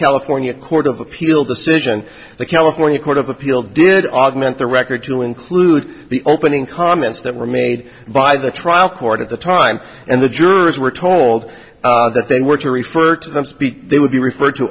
california court of appeal decision the california court of appeal did augment the record to include the opening comments that were made by the trial court at the time and the jurors were told that they were to refer to them speak they would be referred to